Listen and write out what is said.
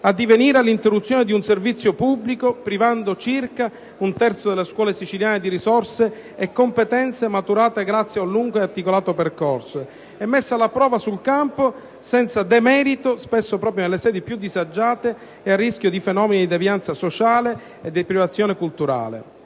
addivenire alla interruzione di un servizio pubblico, privando circa un terzo delle scuole siciliane di risorse e competenze maturate grazie ad un lungo e articolato percorso e messe alla prova sul campo senza demerito, spesso proprio nelle sedi più disagiate e a rischio di fenomeni di devianza sociale e deprivazione culturale.